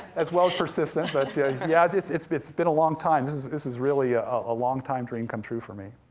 as well as persistent, but yeah, yeah it's been it's been a long time. this this is really ah a long time dream come true for me.